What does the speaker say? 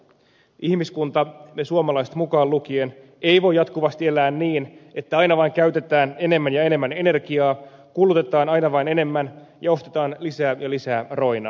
ihmiskunta me suomalaiset mukaan lukien ei voi jatkuvasti elää niin että aina vain käytetään enemmän ja enemmän energiaa kulutetaan aina vain enemmän ja ostetaan lisää ja lisää roinaa